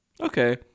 Okay